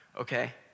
okay